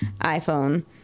iPhone